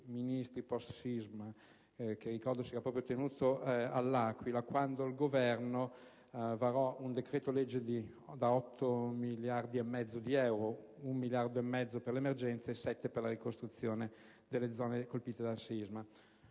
ministri post-sisma che, ricordo, si tenne proprio all'Aquila quando il Governo varò un decreto‑legge da 8,5 miliardi di euro: 1,5 miliardi di euro per l'emergenza e 7 per la ricostruzione delle zone colpite dal sisma.